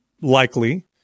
likely